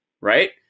right